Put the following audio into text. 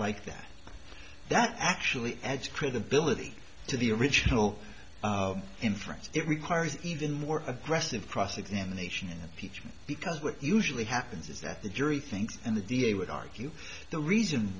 like that that actually adds credibility to the original inference it requires even more aggressive cross examination in peach because what usually happens is that the jury thinks and the d a would argue the reason